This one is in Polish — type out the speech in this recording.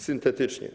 Syntetycznie.